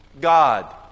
God